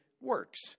works